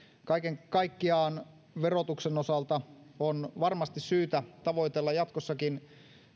kaiken kaikkiaan verotuksen osalta on varmasti syytä tavoitella jatkossakin